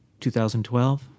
2012